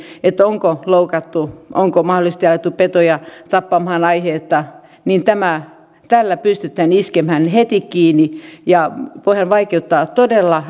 onko loukattu onko mahdollisesti ajettu aiheetta petoja tappamaan niin tällä pystytään iskemään heti kiinni ja voidaan vaikeuttaa todella